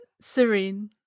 Serene